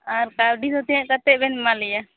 ᱟᱨ ᱠᱟᱹᱣᱰᱤ ᱫᱚ ᱛᱤᱱᱟᱹᱜ ᱠᱟᱛᱮᱫ ᱵᱤᱱ ᱮᱢᱟᱞᱮᱭᱟ